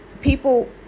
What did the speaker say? people